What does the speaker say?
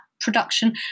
production